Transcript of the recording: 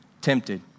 tempted